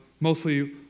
mostly